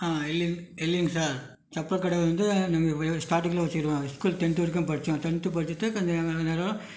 இல்லைங்க இல்லைங்க சார் செப்பல் கடை வந்து நாங்கள் ஸ்டார்டிங்கில் வெச்சுருக்கோம் ஸ்கூல் டென்த்து வரைக்கும் படித்தோம் டென்த்து படிச்சுட்டு கொஞ்சம் எல்லாேரும்